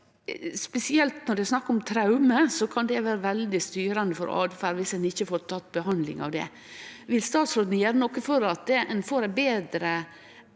Spesielt når det er snakk om traume, kan det vere veldig styrande for åtferda om ein ikkje får behandla det. Vil statsråden gjere noko for at ein får betre